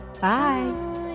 bye